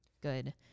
good